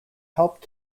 helped